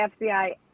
FBI